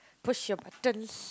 push your buttons